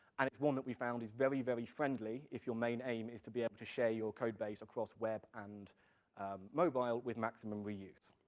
and it's one that we found is very, very friendly, if your main aim is to be able to share your code base across web and mobile with maximum reuse.